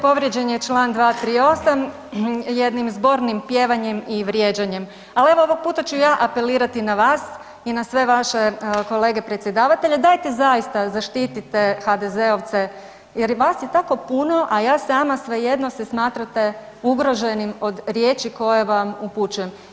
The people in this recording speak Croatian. Povrijeđen je član 238. jednim zbornim pjevanjem i vrijeđanjem, ali evo ovog puta ću ja apelirati na vas i na sve vaše kolege predsjedavatelje, dajte zaista zaštitite HDZ-ovce jer vas je tako puno, a ja sama, svejedno se smatrate ugroženim od riječi koje vam upućujem.